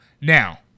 Now